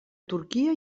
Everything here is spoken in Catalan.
turquia